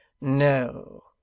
No